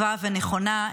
טובה ונכונה,